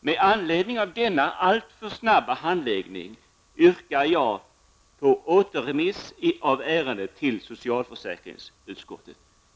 Med anledning av denna alltför snabba handläggning yrkar jag på återremiss av ärendet till socialförsäkringsutskottet.